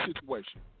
situation